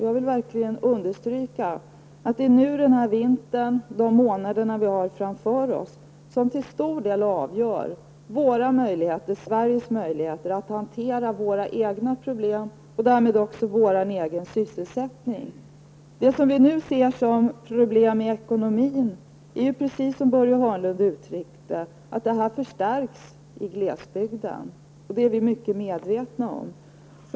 Jag vill verkligen understryka att det är under vintern, under de kommande månaderna, som Sveriges möjligheter att hantera våra egna problem och därmed också vår egen sysselsättning avgörs. Det är precis som Börje Hörnlund uttryckte det, nämligen att det som vi nu ser som problem i ekonomin förstärks i glesbygden. Det är vi mycket medvetna om.